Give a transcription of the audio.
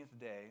day